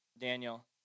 Daniel